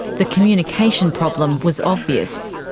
the communication problem was obvious.